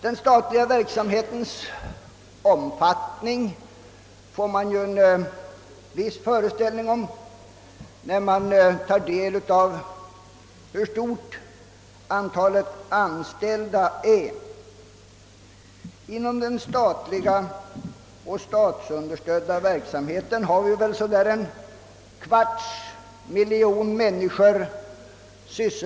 Den statliga verksamhetens omfattning får man en viss föreställning om, när man tar del av hur stort antalet anställda är. Inom den statliga och statsunderstödda verksamheten sysselsättes ungefär en kvarts miljon människor.